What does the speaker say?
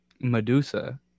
medusa